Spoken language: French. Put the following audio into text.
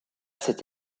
cette